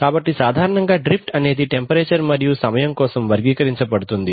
కాబట్టి సాధారణంగా డ్రిఫ్ట్ అనేది టెంపరేచర్ మరియు సమయం కోసం వర్గీకరించబడుతుంది